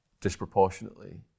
disproportionately